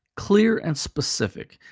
clear and specific.